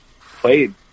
played